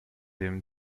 him